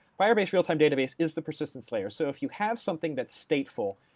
firebase real-time database is the persistence layer. so if you have something that's stateful,